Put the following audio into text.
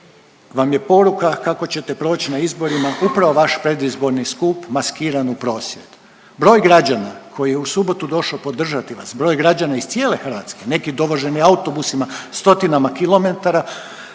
vam je poruka kako ćete proći na izborima upravo vaš predizborni skup maskiran u prosvjed. Broj građana koji je u subotu došao podržati vas, broj građana iz cijele Hrvatske, neki dovoženi autobusima stotinama kilometara